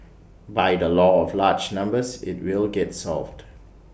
by the law of large numbers IT will get solved